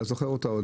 אתה זוכר אותה?